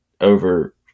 over